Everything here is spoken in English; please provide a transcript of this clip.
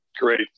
Great